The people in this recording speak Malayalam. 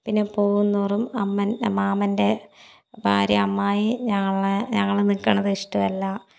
പിന്നെ പോകും തോറും അമ്മ മാമൻ്റെ ഭാര്യ അമ്മായി ഞങ്ങളെ ഞങ്ങൾ നിൽക്കണത് ഇഷ്ടമല്ല